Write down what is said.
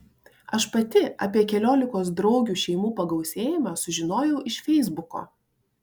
aš pati apie keliolikos draugių šeimų pagausėjimą sužinojau iš feisbuko